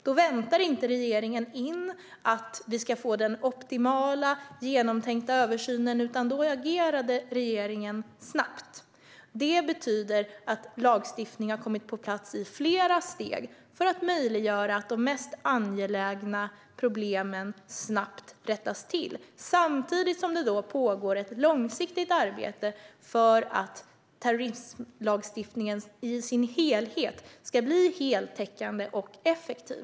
Då väntar inte regeringen in att vi ska få den optimalt genomtänkta översynen, utan då agerar regeringen snabbt. Det betyder att lagstiftning har kommit på plats i flera steg för att möjliggöra att de mest angelägna problemen snabbt rättas till, samtidigt som det pågår ett långsiktigt arbete för att terrorismlagstiftningen i sin helhet ska bli heltäckande och effektiv.